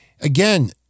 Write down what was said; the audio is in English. again